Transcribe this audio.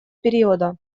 периода